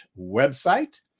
website